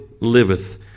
liveth